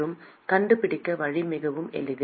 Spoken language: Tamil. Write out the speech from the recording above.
மற்றும் கண்டுபிடிக்க வழி மிகவும் எளிது